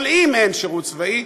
אבל אם אין שירות צבאי,